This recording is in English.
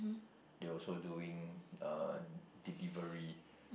they also doing uh delivery